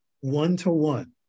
one-to-one